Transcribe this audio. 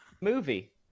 movie